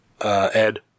Ed